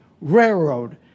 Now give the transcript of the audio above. railroad